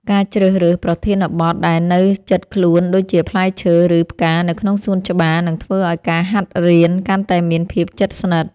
ការជ្រើសរើសប្រធានបទដែលនៅជិតខ្លួនដូចជាផ្លែឈើ ឬ ផ្កានៅក្នុងសួនច្បារនឹងធ្វើឱ្យការហាត់រៀនកាន់តែមានភាពជិតស្និទ្ធ។